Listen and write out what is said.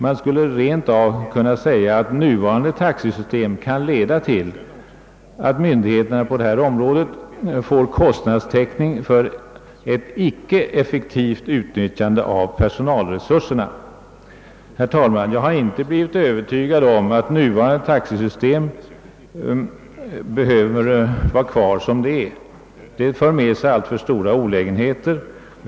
Man skulle rent av kunna påstå, att nuvarande taxesystem kan leda till att myndigheterna på detta område får kostnadstäckning för ett icke effektivt utnyttjande av personalresurserna. Herr talman! Jag har inte blivit övertygad om att nuvarande taxesystem bör bibehållas i sin nuvarande utformning, eftersom det för med sig alltför stora olägenheter.